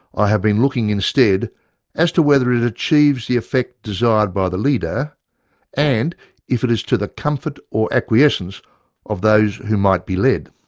i have been looking instead as to whether it achieves the effect desired by the leader and if it is to the comfort or acquiescence of those who might be led.